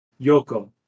Yoko